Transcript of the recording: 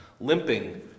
limping